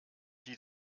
die